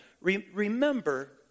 Remember